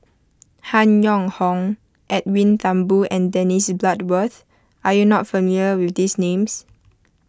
Han Yong Hong Edwin Thumboo and Dennis Bloodworth are you not familiar with these names